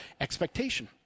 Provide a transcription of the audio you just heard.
expectation